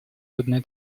йодные